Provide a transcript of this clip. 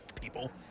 People